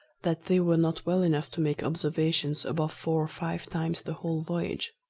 that they were not well enough to make observations above four or five times the whole voyage.